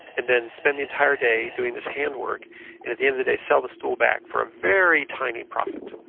and then spend the entire day doing this handwork and at the end of the day, sell the stool back for a very tiny profit.